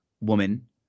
woman